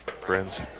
friends